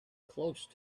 close